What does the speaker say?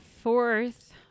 fourth